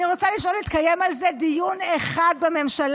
אני רוצה לשאול אם התקיים על זה דיון אחד בממשלה,